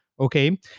Okay